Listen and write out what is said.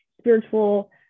spiritual